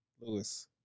Lewis